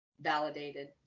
validated